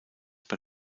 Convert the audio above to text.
bei